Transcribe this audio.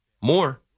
More